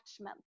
attachment